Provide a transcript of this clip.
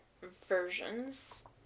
versions